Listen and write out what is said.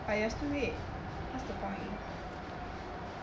but you are still late what is the point